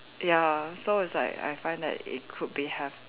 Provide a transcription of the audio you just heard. ya so it's like I find that it could be have